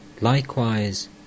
Likewise